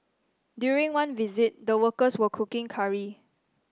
during one visit the workers were cooking curry